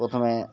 প্রথমে